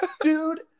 dude